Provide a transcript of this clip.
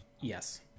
Yes